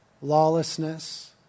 lawlessness